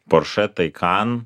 porsche taycan